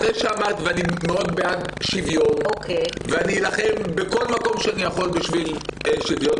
אני מאוד בעד שוויון ואלחם בכל מקום שאוכל בשביל שוויון,